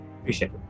Appreciate